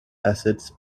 assets